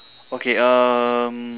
okay um